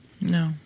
No